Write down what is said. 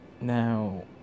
now